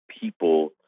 people